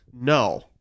no